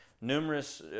numerous